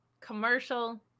commercial